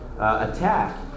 attack